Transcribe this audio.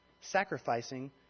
sacrificing